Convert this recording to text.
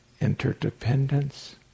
interdependence